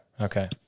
okay